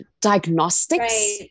diagnostics